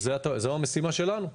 זו המשימה שלנו,